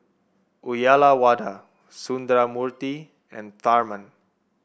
Uyyalawada Sundramoorthy and Tharman